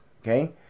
Okay